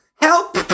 Help